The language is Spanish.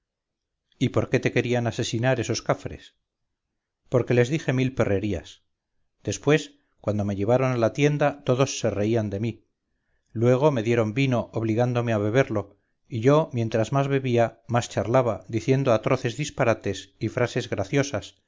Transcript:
y por qué te querían asesinar esos cafres porque les dije mil perrerías después cuando me llevaron a la tienda todos se reían de mí luego me dieron vino obligándome a beberlo y yo mientras más bebía más charlaba diciendo atroces disparates y frases graciosas